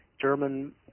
German